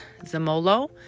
zamolo